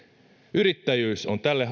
yrittäjyys on tälle